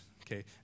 Okay